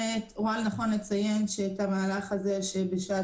אני רואה לנכון לציין את המהלך הזה שבשעה